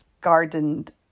gardened